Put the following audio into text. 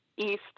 east